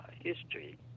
history